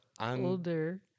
Older